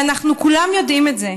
ואנחנו כולנו יודעים את זה,